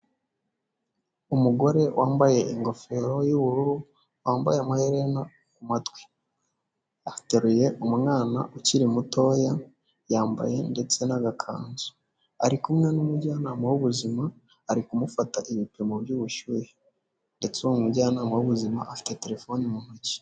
Umugore wambaye ingofero y'ubururu, wambaye amaherena ku matwi, ateruye umwana ukiri mutoya, yambaye ndetse n'agakanzu, ari kumwe n'umujyanama w'ubuzima, ari kumufata ibipimo by'ubushyuhe ndetse uwo mujyanama w'ubuzima afite terefone mu ntoki.